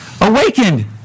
awakened